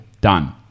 Done